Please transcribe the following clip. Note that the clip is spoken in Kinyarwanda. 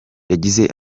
yagize